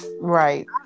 Right